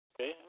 Okay